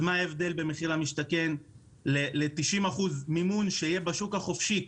מה ההבדל במחיר למשתכן ל-90% מימון שיהיה בשוק החופשי?